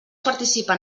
participar